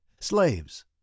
Slaves